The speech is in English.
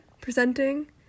presenting